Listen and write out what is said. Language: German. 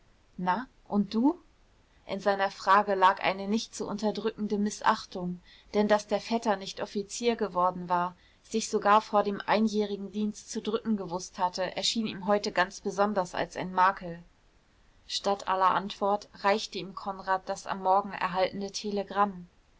na und du in seiner frage lag eine nicht zu unterdrückende mißachtung denn daß der vetter nicht offizier geworden war sich sogar vor dem einjährigendienst zu drücken gewußt hatte erschien ihm heute ganz besonders als ein makel statt aller antwort reichte ihm konrad das am morgen erhaltene telegramm